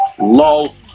Lol